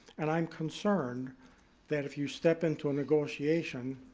and i'm concerned that if you step into a negotiation,